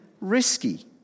risky